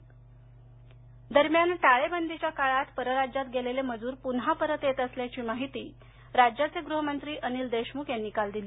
देशमख दरम्यान टाळेबंदीच्या काळात परराज्यात गेलेले मजूर पुन्हा परत येत असल्याची माहिती राज्याचे गृहमंत्री अनिल देशमुख यांनी काल दिली